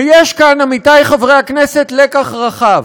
ויש כאן, עמיתי חברי הכנסת, לקח רחב,